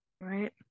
Right